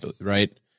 right